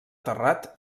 terrat